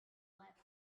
let